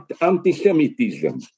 anti-Semitism